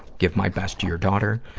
give my best to your daughter.